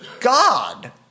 God